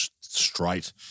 straight